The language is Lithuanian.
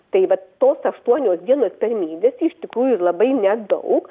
tai vat tos aštuonios dienos per mėnesį iš tikrųjų labai nedaug